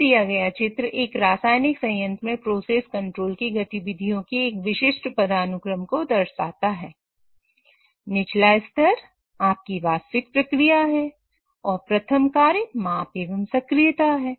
नीचे दिया गया चित्र एक रासायनिक संयंत्र में प्रोसेस कंट्रोल की गतिविधियों के एक विशिष्ट पदानुक्रम को दर्शाता है निचला स्तर आप की वास्तविक प्रक्रिया है और प्रथम कार्य माप एवं सक्रियता है